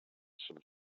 some